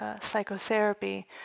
psychotherapy